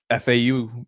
FAU